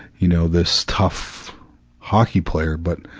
you know, this tough hockey player but,